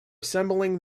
assembling